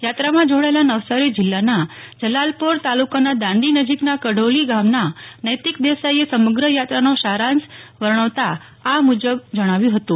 યાત્રામાં જોડાયેલાં નવસારી જિલ્લાના જલાલપોર તાલુકાનાં દાંડી નજીકના કઢોલી ગામના નૈતિક દેસાઇએ સમગ્ર યાત્રાનો સારાંશ વર્ણવતા આ મુજબ જણાવ્યું હતું